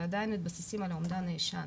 אבל עדיין מתבססים על האומדן הישן.